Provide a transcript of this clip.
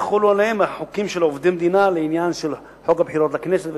יחולו עליהם החוקים של עובדי מדינה לעניין של חוק הבחירות לכנסת,